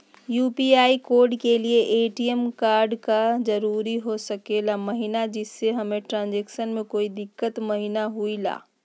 UPI code के लिए ATM का जरूरी हो सके महिना जिससे हमें ट्रांजैक्शन में कोई दिक्कत महिना हुई ला?